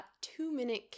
two-minute